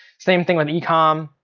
same thing with ecom.